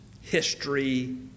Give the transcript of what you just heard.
history